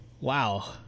Wow